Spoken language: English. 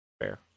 Fair